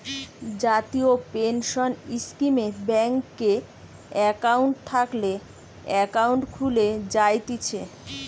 জাতীয় পেনসন স্কীমে ব্যাংকে একাউন্ট থাকলে একাউন্ট খুলে জায়তিছে